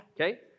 Okay